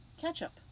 Ketchup